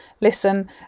listen